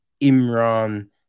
Imran